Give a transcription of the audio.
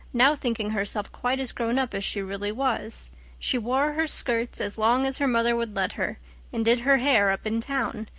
now thinking herself quite as grown up as she really was she wore her skirts as long as her mother would let her and did her hair up in town,